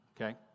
okay